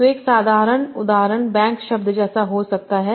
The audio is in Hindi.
तो एक साधारण उदाहरण बैंक शब्द जैसा हो सकता है